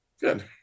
Good